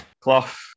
cloth